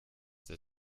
der